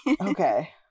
Okay